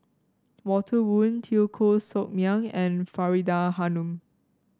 Walter Woon Teo Koh Sock Miang and Faridah Hanum